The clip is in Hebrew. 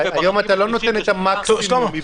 היום אתה לא נותן את המקסימום מבין